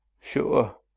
Sure